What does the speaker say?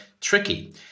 tricky